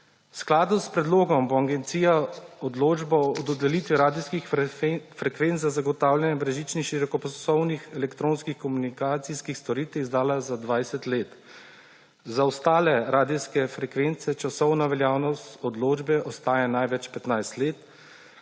skladu s predlogom bo agencija odločbo o dodelitvi radijskih frekvenc za zagotavljanje brezžičnih širokopasovnih elektronskih komunikacijskih storitev izdala za 20 let. Za ostale radijske frekvence časovna veljavnost odločbe ostaja največ 15 let,